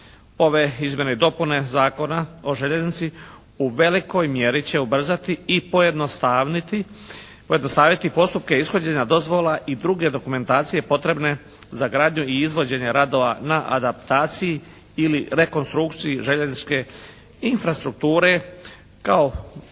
Ove izmjene i dopune Zakona o željeznici u velikoj mjeri će ubrzati i pojednostaviti postupke ishođenja dozvola i druge dokumentacije potrebne za gradnju i izvođenje radova na adaptaciji ili rekonstrukciji željezničke infrastrukture kao projekti